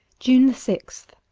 june sixth